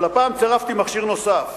אבל הפעם צירפתי מכשיר נוסף,